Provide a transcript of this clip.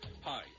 Hi